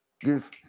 Give